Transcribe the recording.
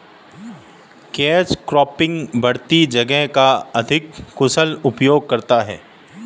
catch cropping बढ़ती जगह का अधिक कुशल उपयोग करता है